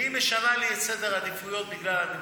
והיא משנה לי את סדר העדיפויות בגלל הנומרטור,